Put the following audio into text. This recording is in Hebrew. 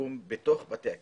שיקום בתוך בתי הסוהר.